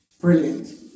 Brilliant